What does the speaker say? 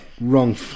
wrong